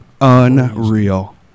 Unreal